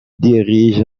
dirige